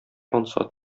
ансат